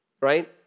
right